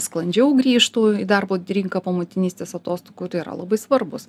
sklandžiau grįžtų į darbo rinką po motinystės atostogų tai yra labai svarbūs